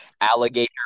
Alligator